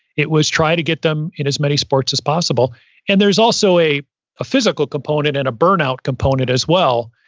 it was try to get them in as many sports as possible and there's also a a physical component and a burnout component as well.